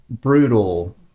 brutal